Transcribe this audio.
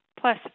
plus